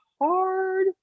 hard